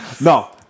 No